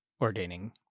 ordaining